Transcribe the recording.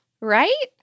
Right